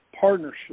partnership